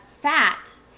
fat